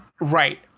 Right